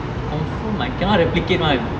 confirm like cannot replicate [one]